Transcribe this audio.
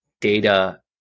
data